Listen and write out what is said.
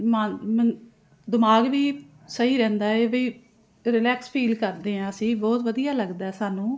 ਮਾਨ ਮਨ ਦਿਮਾਗ ਵੀ ਸਹੀ ਰਹਿੰਦਾ ਏ ਵੀ ਰਿਲੈਕਸ ਫੀਲ ਕਰਦੇ ਹਾਂ ਅਸੀਂ ਬਹੁਤ ਵਧੀਆ ਲੱਗਦਾ ਸਾਨੂੰ